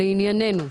לענייננו.